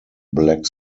black